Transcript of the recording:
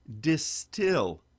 distill